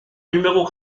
numéros